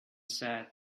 said